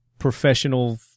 professional